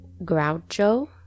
Groucho